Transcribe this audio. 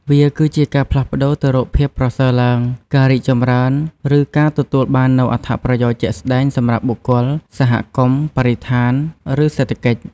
វាគឺជាការផ្លាស់ប្តូរទៅរកភាពប្រសើរឡើង ការរីកចម្រើន ឬការទទួលបាននូវអត្ថប្រយោជន៍ជាក់ស្តែងសម្រាប់បុគ្គល សហគមន៍ បរិស្ថាន ឬសេដ្ឋកិច្ច។